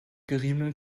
geriebenem